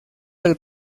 del